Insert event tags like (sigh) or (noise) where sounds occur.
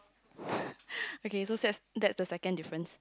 (laughs) okay so that that's the second difference